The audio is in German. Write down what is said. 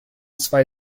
zwei